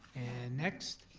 next.